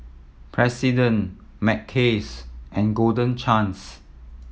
President Mackays and Golden Chance